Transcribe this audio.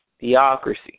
theocracy